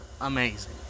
amazing